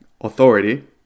authority